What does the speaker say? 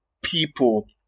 people